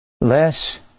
less